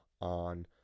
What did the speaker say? on